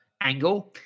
angle